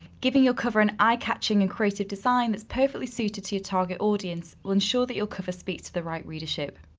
giving your cover an eye catching and creative design that's perfectly suited to your target audience will ensure that your cover speaks to the right readership.